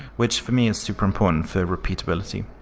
which for me is super important for repeatability.